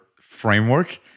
framework